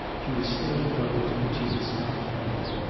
she was still posed, but she had stopped playing.